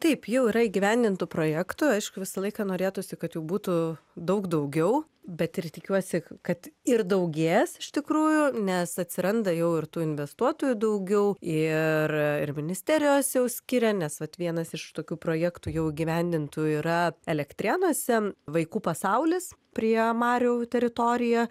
taip jau yra įgyvendintų projektų aišku visą laiką norėtųsi kad jų būtų daug daugiau bet ir tikiuosi kad ir daugės iš tikrųjų nes atsiranda jau ir tų investuotojų daugiau ir ir ministerijos jau skiria nes vat vienas iš tokių projektų jau įgyvendintų yra elektrėnuose vaikų pasaulis prie marių teritorija